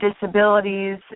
disabilities